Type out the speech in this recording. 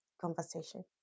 conversation